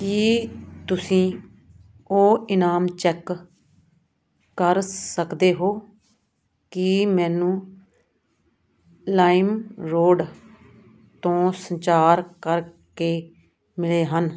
ਕੀ ਤੁਸੀਂਂ ਉਹ ਇਨਾਮ ਚੈੱਕ ਕਰ ਸਕਦੇ ਹੋ ਕਿ ਮੈਨੂੰ ਲਾਈਮਰੋਡ ਤੋਂ ਸੰਚਾਰ ਕਰ ਕੇ ਮਿਲੇ ਹਨ